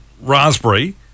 raspberry